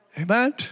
Amen